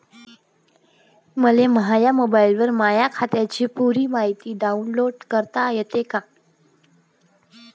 मले माह्या मोबाईलवर माह्या खात्याची पुरी मायती डाऊनलोड करता येते का?